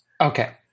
Okay